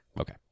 Okay